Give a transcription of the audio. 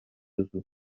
duzu